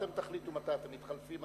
אתם תחליטו מתי אתם מתחלפים.